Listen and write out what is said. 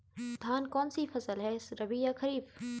धान कौन सी फसल है रबी या खरीफ?